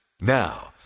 Now